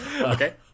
Okay